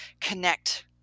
connect